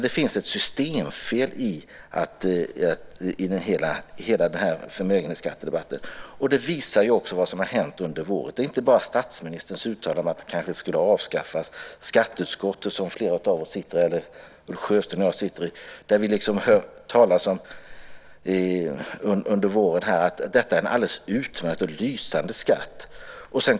Det finns ett systemfel i hela förmögenhetsskattedebatten. Det visar också det som hänt under våren. Det gäller då inte bara statsministerns uttalande om att den här skatten kanske borde avskaffas. I skatteutskottet, där Ulf Sjösten och jag sitter med, har vi under våren hört att förmögenhetsskatten är en alldeles lysande skatt.